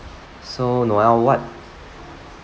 so noel what